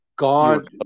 God